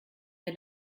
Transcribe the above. wir